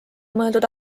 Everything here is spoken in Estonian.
mõeldud